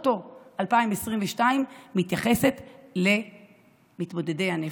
או-טו-טו 2022, מתייחסת למתמודדי הנפש.